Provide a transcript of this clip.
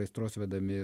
aistros vedami